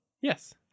Yes